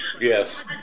Yes